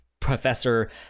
professor